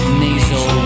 nasal